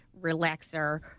relaxer